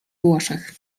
włoszech